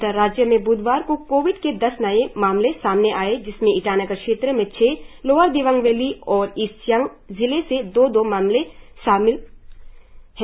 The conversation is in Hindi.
इधर राज्य में बूधवार को कोविड के दस नए मामले सामने आए जिसमें ईटानगर क्षेत्र से छह लोअर दिवांग वैली और ईस्ट सियांग जिले से दो दो मामले शामिल है